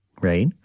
right